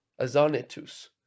Azanetus